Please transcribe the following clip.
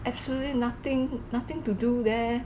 absolutely nothing nothing to do there